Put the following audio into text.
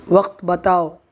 وقت بتاؤ